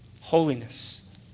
holiness